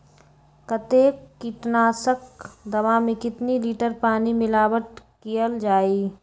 कतेक किटनाशक दवा मे कितनी लिटर पानी मिलावट किअल जाई?